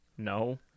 no